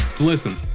listen